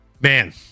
Man